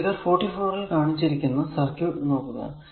ഈ ഫിഗർ 44 ൽ കാണിച്ചിരിക്കുന്ന സർക്യൂട് നോക്കുക